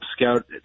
Scout